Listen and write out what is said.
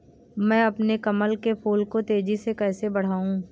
मैं अपने कमल के फूल को तेजी से कैसे बढाऊं?